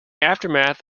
aftermath